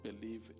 believe